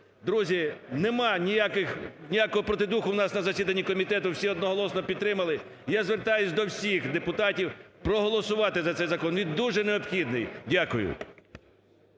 Друзі, немає ніякого протидуху в нас на засіданні комітету, всі одноголосно підтримали. Я звертаюсь до всіх депутатів проголосувати за цей закон, він дуже необхідний. Дякую.